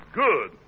good